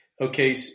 okay